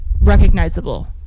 recognizable